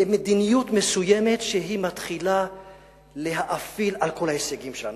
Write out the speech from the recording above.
למדיניות מסוימת שמתחילה להאפיל על כל ההישגים שלנו.